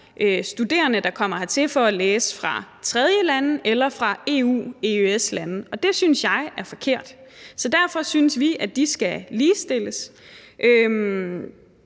studerende, der kommer hertil for at læse, fra tredjelande eller fra EU-/EØS-lande, og det synes jeg er forkert. Så derfor synes vi, at de skal ligestilles,